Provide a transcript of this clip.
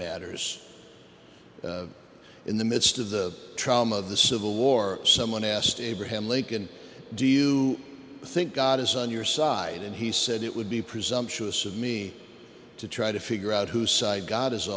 matters in the midst of the trauma of the civil war someone asked abraham lincoln do you think god is on your side and he said it would be presumptuous of me to try to figure out whose side god is